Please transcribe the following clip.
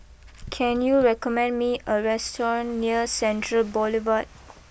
can you recommend me a restaurant near Central Boulevard